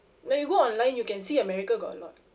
like you go online you can see america got a lot